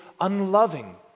unloving